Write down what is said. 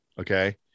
Okay